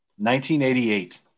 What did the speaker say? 1988